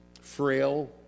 frail